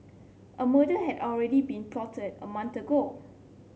a murder had already been plotted a month ago